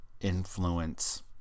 influence